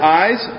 eyes